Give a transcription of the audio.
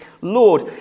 Lord